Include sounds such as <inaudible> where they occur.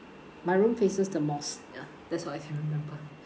my room faces the mosque ya that's what I can <laughs> remember